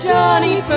Johnny